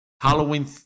Halloween